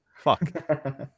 Fuck